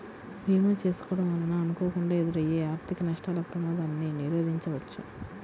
భీమా చేసుకోడం వలన అనుకోకుండా ఎదురయ్యే ఆర్థిక నష్టాల ప్రమాదాన్ని నిరోధించవచ్చు